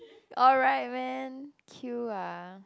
alright man queue ah